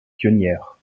pionnières